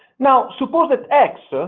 now suppose that x ah